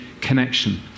connection